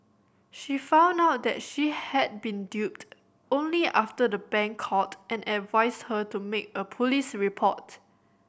she found out that she had been duped only after the bank called and advised her to make a police report